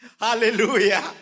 Hallelujah